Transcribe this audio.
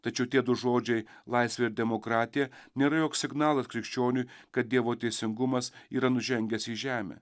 tačiau tiedu žodžiai laisvė ir demokratija nėra joks signalas krikščioniui kad dievo teisingumas yra nužengęs į žemę